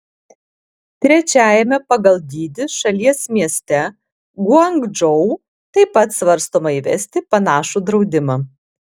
trečiajame pagal dydį šalies mieste guangdžou taip pat svarstoma įvesti panašų draudimą